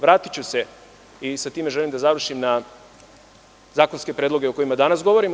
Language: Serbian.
Vratiću se, i sa tim želim da završim, na zakonske predloge o kojima danas govorimo.